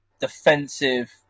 defensive